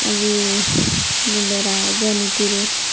ଆଜି ଯେନ୍ଟେ ରାଜନୀତିରେ